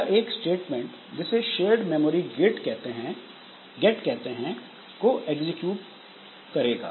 यह एक स्टेटमेंट जिसे शेयर्ड मेमोरी गेट कहते हैं को एग्जीक्यूट करेगा